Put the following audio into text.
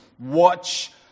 watch